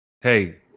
Hey